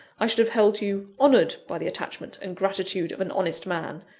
i should have held you honoured by the attachment and gratitude of an honest man.